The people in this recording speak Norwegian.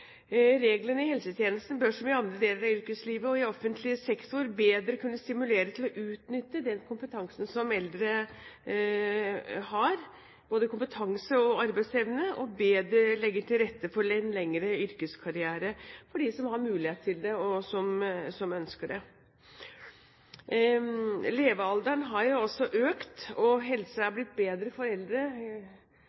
Reglene i helsetjenesten bør som i andre deler av yrkeslivet og i offentlig sektor bedre kunne stimulere til å utnytte den kompetansen og den arbeidsevnen som eldre har, og bedre legge til rette for en lengre yrkeskarriere for dem som har mulighet til det, og som ønsker det. Levealderen har jo også økt, og helsen til de eldre er